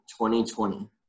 2020